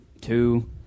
two